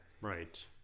Right